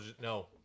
No